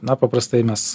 na paprastai mes